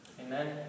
Amen